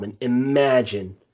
imagine